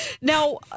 Now